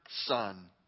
son